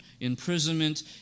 imprisonment